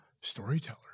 storyteller